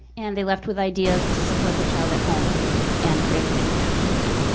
and they left with ideas to support their child at home and create a family action plan.